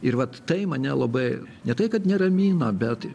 ir vat tai mane labai ne tai kad neramina bet